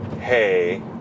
hey